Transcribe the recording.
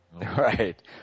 Right